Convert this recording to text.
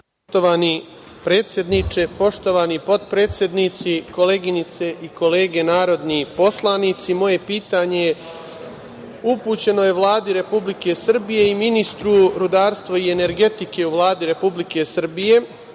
Poštovani predsedniče, poštovani potpredsednici, koleginice i kolege narodni poslanici, moje pitanje je upućeno Vladi Republike Srbije i ministru rudarstva i energetike u Vladi Republike Srbije,